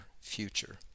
future